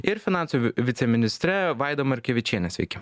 ir finansų vi viceministre vaida markevičiene sveiki